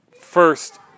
first